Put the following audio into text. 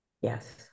Yes